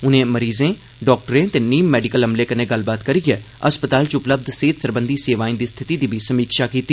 उनें मरीजें डाक्टरें ते नीम मैडिकल अमले कन्नै गल्लबात करियै अस्पताल च उपलब्ध सेहत सरबंधी सेवाएं दी स्थिति दी समीक्षा कीती